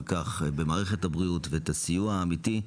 כך במערכת הבריאות ואת הסיוע האמיתי,